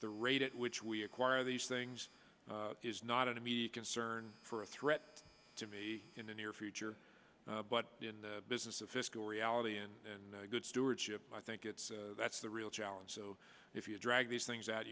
the rate at which we acquire these things is not an immediate concern for a threat to be in the near future but in the business of fiscal reality and good stewardship i think it's that's the real challenge so if you drag these things